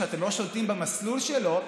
שאתם לא שולטים במסלול שלו,